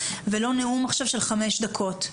ולא נאום עכשיו של חמש דקות.